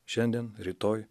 šiandien rytoj